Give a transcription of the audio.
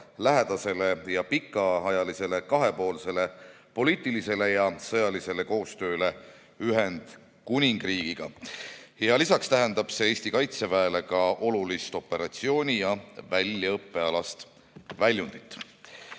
lähedasele ja pikaajalisele kahepoolsele poliitilisele ja sõjalisele koostööle Ühendkuningriigiga. Lisaks tähendab see Eesti Kaitseväele ka olulist operatsiooni- ja väljaõppealast väljundit.